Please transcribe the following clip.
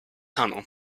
tunnel